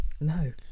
No